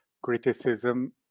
criticism